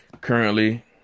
Currently